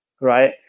Right